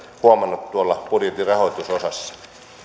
huomannut tuolla budjetin rahoitusosassa